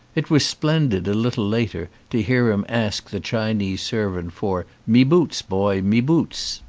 it was splendid a little later to hear him ask the chinese servant for me boots, boy, me boots.